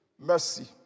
Mercy